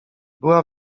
była